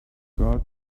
girl